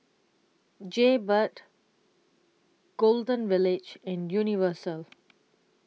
Jaybird Golden Village and Universal